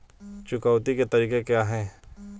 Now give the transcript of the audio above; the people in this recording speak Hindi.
चुकौती के तरीके क्या हैं?